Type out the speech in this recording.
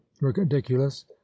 ridiculous